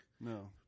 No